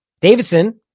Davidson